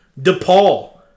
DePaul